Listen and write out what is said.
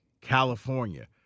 California